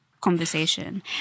conversation